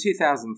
2004